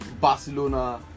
Barcelona